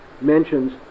mentions